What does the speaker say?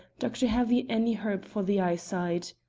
doctor! have you any herb for the eyesight?